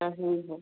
तो ठीक है